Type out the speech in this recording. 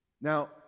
Now